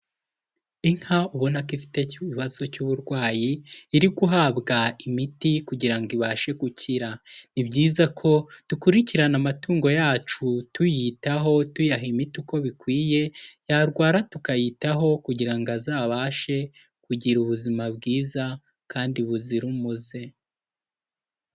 Inka ubona ko ifite ikibazo cy'uburwayi iri guhabwa imiti kugira ngo ibashe gukira, ni byiza ko dukurikirana amatungo yacu tuyitaho tuyaha imiti uko bikwiye, yarwara tukayitaho kugira ngo azabashe kugira ubuzima bwiza kandi buzira umuze.